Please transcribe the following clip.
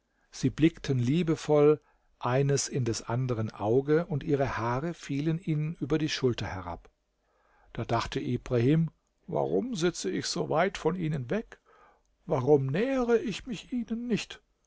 sie blickten liebevoll eines in des anderen auge und ihre haare fielen ihnen über die schulter herab da dachte ibrahim warum sitze ich so weit von ihnen weg warum nähere ich mich ihnen nicht